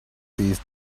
these